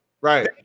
Right